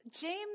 James